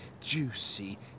juicy